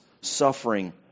suffering